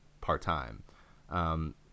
part-time